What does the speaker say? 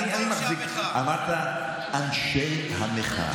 אמרת, אנשי המחאה.